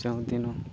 ଯେଉଁ ଦିନ